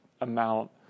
amount